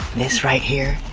this right here